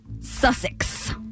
Sussex